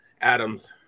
Adams